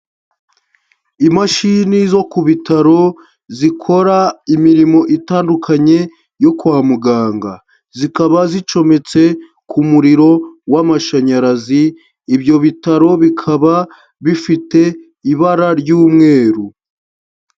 Imashini zo ku bitaro zikora imirimo itandukanye yo kwa muganga, zikaba zicometse ku muriro w'amashanyarazi, ibyo bitaro bikaba bifite ibara ry'umweru.